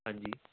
ਹਾਂਜੀ